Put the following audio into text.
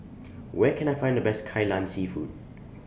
Where Can I Find The Best Kai Lan Seafood